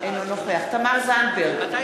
אינו נוכח תמר זנדברג,